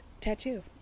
Tattoo